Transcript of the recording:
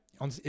on